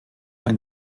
ein